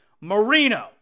Marino